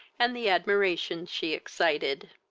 and the admiration she excited.